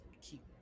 keep